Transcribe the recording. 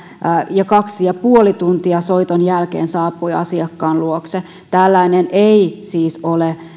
ja kaksi pilkku viisi tuntia soiton jälkeen saapui asiakkaan luokse tällainen ei siis ole